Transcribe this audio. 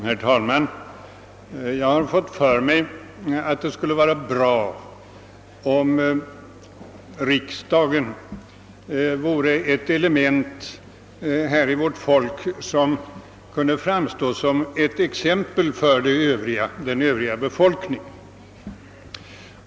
Herr talman! Jag har fått för mig att det skulle vara bra om riksdagen vore ett element som kunde framstå såsom ett gott exempel för vårt lands befolkning.